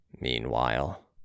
Meanwhile